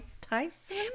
Tyson